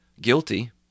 Guilty